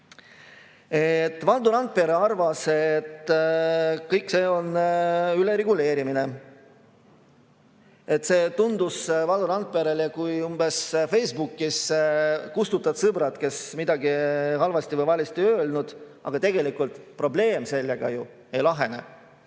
Valdo Randpere arvas, et kõik see on ülereguleerimine. See tundus Valdo Randperele umbes nagu see, kui Facebookis kustutad sõbrad, kes on midagi halvasti või valesti öelnud, aga tegelikult probleem sellega ju ei lahene,